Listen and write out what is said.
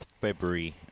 February